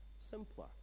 simpler